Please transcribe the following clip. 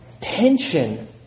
tension